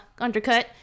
undercut